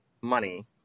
money